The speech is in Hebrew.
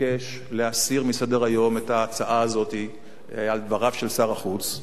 לבקש להסיר מסדר-היום את ההצעה הזאת על דבריו של שר החוץ,